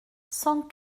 cent